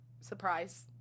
Surprise